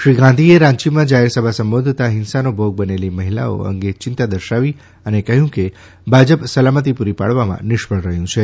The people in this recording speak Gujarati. શ્રી ગાંધીએ રાંચીમાં જાહેરસભા સંબોધતાં હીંસાનો ભોગ બનતી મહિલાઓ અંગે ચિંતા દર્શાવી અને કહ્યું કે ભાજપ સલામતી પૂરી પાડવામાં નિષ્ફળ રહ્યું છે